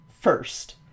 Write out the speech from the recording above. first